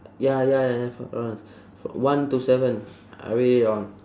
ya ya jennifer lawrence one to seven I read it all